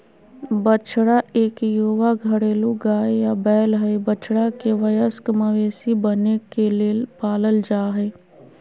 बछड़ा इक युवा घरेलू गाय या बैल हई, बछड़ा के वयस्क मवेशी बने के लेल पालल जा हई